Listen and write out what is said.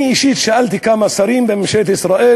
אני אישית שאלתי כמה שרים בממשלת ישראל,